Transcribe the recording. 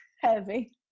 heavy